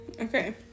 Okay